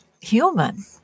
human